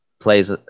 plays –